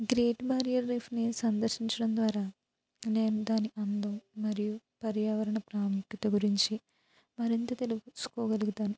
great barrier రీఫ్ని సందర్శించడం ద్వార నేను దాని అందం మరియు పర్యావరణ ప్రాముఖ్యత గురించి మరింత తెలుసుకోగలుగుతాను